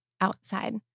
outside